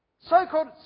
so-called